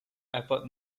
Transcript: airport